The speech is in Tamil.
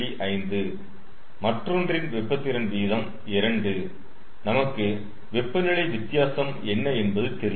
5 மற்றொன்றின் வெப்ப திறன் வீதம் 2 நமக்கு வெப்பநிலை வித்தியாசம் என்ன என்பது தெரியும்